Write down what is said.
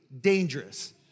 dangerous